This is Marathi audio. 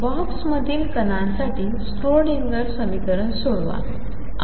बॉक्समधील कणांसाठी स्क्रोडिंगर समीकरण सोडवा